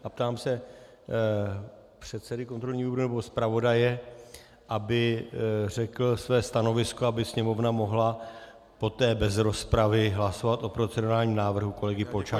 Ptám se předsedy kontrolního výboru nebo zpravodaje, aby řekl své stanovisko, aby Sněmovna mohla poté bez rozpravy hlasovat o procedurálním návrhu kolegy Polčáka.